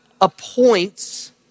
appoints